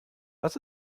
was